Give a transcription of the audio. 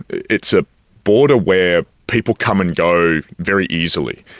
it's a border where people come and go very easily.